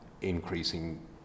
increasing